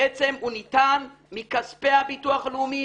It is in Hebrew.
בעצם הוא ניתן מכספי הביטוח הלאומי,